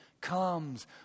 comes